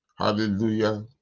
Hallelujah